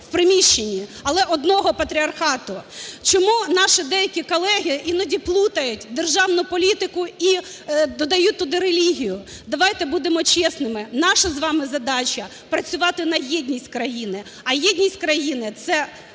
в приміщенні, але одного патріархату. Чому наші деякі колеги іноді плутають державну політику і додають туди релігію? Давайте будемо чесними, наша з вами задача – працювати на єдність країни, а єдність країни – це